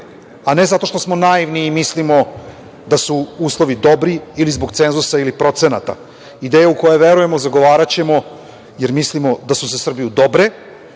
ne zato što smo naivni i mislimo da su uslovi dobri ili zbog cenzusa ili procenata. Ideje u koje verujemo zagovaraćemo, jer mislimo da su za Srbiju dobre,